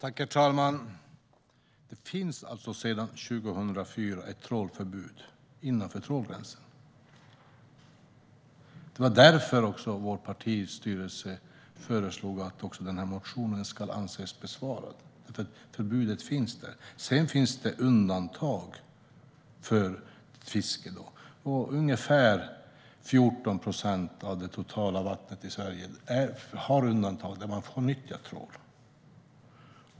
Herr talman! Det finns alltså sedan 2004 ett trålförbud innanför trålgränsen. Det var därför som vår partistyrelse föreslog att denna motion skulle anses vara besvarad. Förbudet finns där. Sedan finns det undantag för fiske. Ungefär 14 procent av det totala vattnet i Sverige har undantag, där man får nyttja trål.